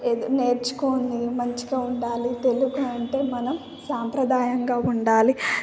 ఏదో నేర్చుకొని మంచిగా ఉండాలి తెలుగు అంటే మనం సాంప్రదాయంగా ఉండాలి